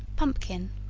pumpkin.